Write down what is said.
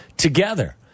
Together